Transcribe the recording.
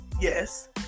Yes